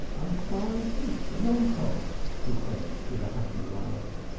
i'm frying fish for yomtov, she said, with a happy laugh.